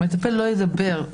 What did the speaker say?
המטפל לא ידבר.